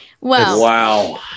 Wow